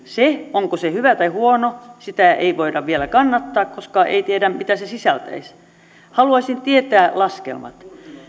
onko se hyvä tai huono sitä ei voida vielä kannattaa koska ei tiedetä mitä se sisältäisi haluaisin tietää laskelmat